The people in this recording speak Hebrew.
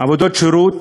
עבודות שירות,